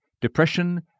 depression